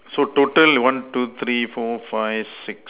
so total one two three four five six